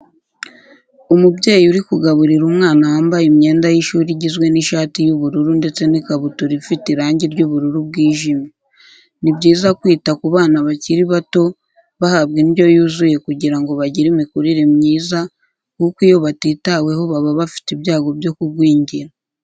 Umubyeyi uri kugaburira umwana wambaye imyenda y'ishuri igizwe n'ishati y'ubururu ndetse n'ikabutura ifite irange ry'ubururu bwijimye. Ni byiza kwita ku bana bakiri bato bahabwa indyo yuzuye kugira ngo bagire imikurire myiza kuko iyo batitaweho baba bafite ibyago byo kugwingira.